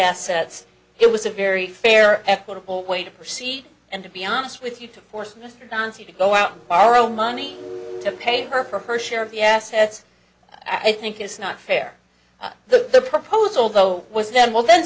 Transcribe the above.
assets it was a very fair equitable way to proceed and to be honest with you to force mr johnson to go out and borrow money to pay her for her share of the assets i think it's not fair the proposal though was then well then